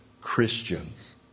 Christians